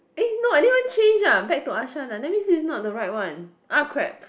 eh no I didn't even change ah back to Arshan that means this is not the right one !ah! crap